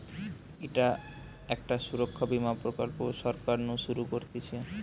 ইটা একটা সুরক্ষা বীমা প্রকল্প সরকার নু শুরু করতিছে